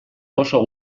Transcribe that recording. oso